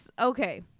okay